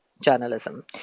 journalism